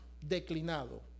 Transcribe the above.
declinado